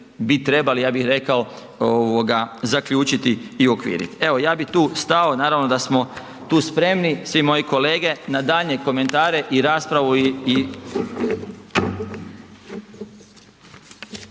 bi trebali ja bih rekao zaključiti i uokviriti. Evo ja bih tu stao, naravno da smo tu spremni, svi moji kolege na daljnje komentare i raspravu.